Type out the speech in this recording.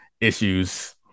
issues